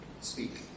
speak